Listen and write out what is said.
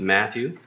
Matthew